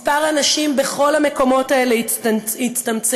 מספר הנשים בכל המקומות האלה הצטמצם,